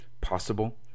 possible